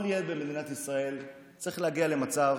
כל ילד במדינת ישראל צריך להגיע למצב